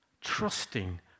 trusting